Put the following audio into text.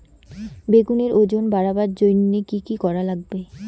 বেগুনের ওজন বাড়াবার জইন্যে কি কি করা লাগবে?